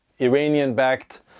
Iranian-backed